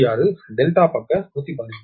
6 Δ பக்க 115